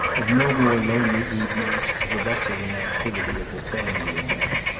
of no more lonely evenings, of the bustle and activity of a family again.